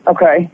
Okay